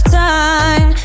time